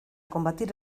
combatir